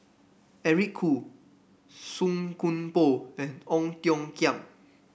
Eric Khoo Song Koon Poh and Ong Tiong Khiam